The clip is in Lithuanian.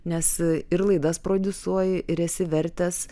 nes ir laidas prodiusuoji ir esi vertęs